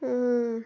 ಹ್ಞೂ